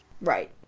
Right